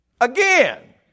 Again